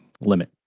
limit